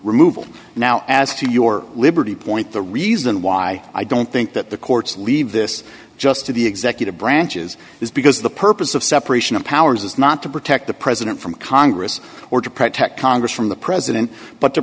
removal now as to your liberty point the reason why i don't think that the courts leave this just to the executive branches is because the purpose of separation of powers is not to protect the president from congress or to protect congress from the president but to